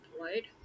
right